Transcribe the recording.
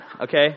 Okay